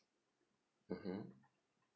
mmhmm